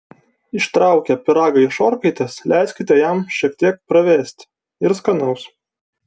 ištraukę pyragą iš orkaitės leiskite jam šiek tiek pravėsti ir skanaus